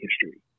history